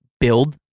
build